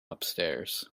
upstairs